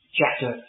chapter